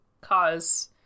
cause